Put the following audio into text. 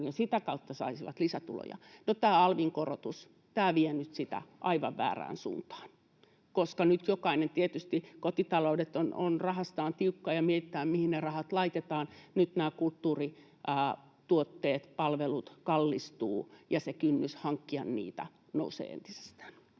ja sitä kautta saisivat lisätuloja. No, tämä alvin korotus vie nyt sitä aivan väärään suuntaan, koska nyt tietysti rahasta on tiukkaa ja kotitalouksissa mietitään, mihin ne rahat laitetaan. Nyt nämä kulttuurituotteet, palvelut kallistuvat, ja se kynnys hankkia niitä nousee entisestään.